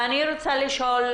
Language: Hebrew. אני רוצה לשאול: